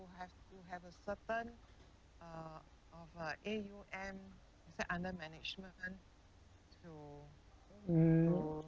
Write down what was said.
mm